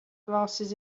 glasses